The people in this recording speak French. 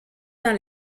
dans